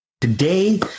Today